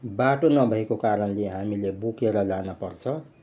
बाटो नभएको कारणले हामीले बोकेर लानपर्छ